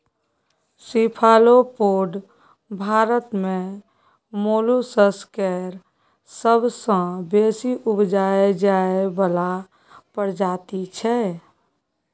cephalopod Bharat मे molluscs केर सबसँ बेसी उपजाएल जाइ बला प्रजाति छै